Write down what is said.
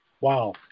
wow